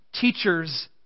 teachers